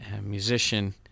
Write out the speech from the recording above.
musician